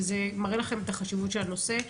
וזה מראה לכם את החשיבות של הנושא.